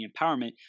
empowerment